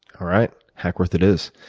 alright, hackworth it is.